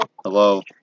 Hello